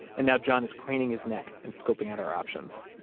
and now john is craning his neck and scoping out our options